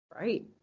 Right